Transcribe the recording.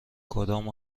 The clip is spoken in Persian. کدام